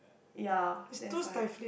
ya that's why